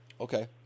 Okay